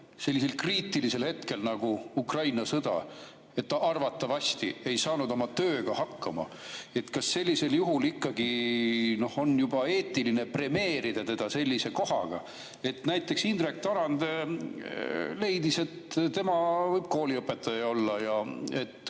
sellisel kriitilisel hetkel nagu Ukraina sõda, sest ta arvatavasti ei saanud oma tööga hakkama. Kas sellisel juhul ikkagi on eetiline premeerida teda sellise kohaga? Näiteks Indrek Tarand leidis, et tema võib kooliõpetaja olla ja et